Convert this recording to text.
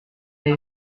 est